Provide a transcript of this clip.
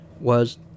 was